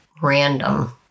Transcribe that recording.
random